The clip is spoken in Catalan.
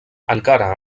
encara